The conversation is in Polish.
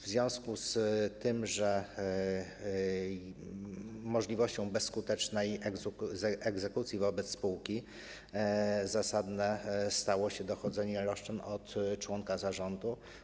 W związku z możliwością bezskutecznej egzekucji wobec spółki zasadne stało się dochodzenie roszczeń od członka zarządu.